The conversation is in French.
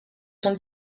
sont